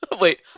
Wait